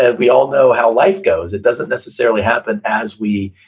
and we all know how life goes, it doesn't necessarily happen as we,